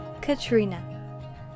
Katrina